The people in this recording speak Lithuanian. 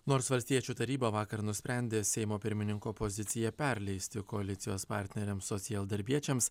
nors valstiečių taryba vakar nusprendė seimo pirmininko poziciją perleisti koalicijos partneriams socialdarbiečiams